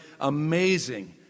amazing